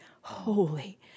holy